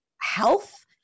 health